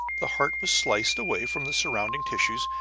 the heart was sliced away from the surrounding tissues,